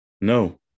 No